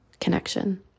connection